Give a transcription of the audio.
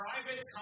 private